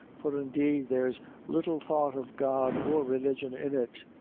for indeed there's little thought of god or religion in it.